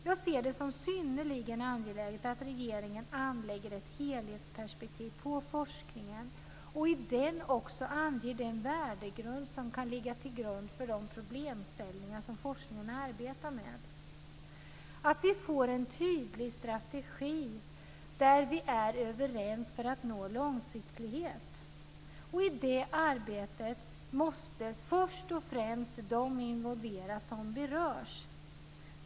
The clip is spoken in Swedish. Jag ser det som synnerligen angeläget att regeringen anlägger ett helhetsperspektiv på forskningen och i det anger den värdegrund som ska ligga till grund för de problemställningar forskningen arbetar med. Vi måste få en tydlig strategi där vi är överens för att nå långsiktighet. I det arbetet ska de som främst berörs involveras.